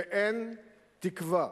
ואין תקווה,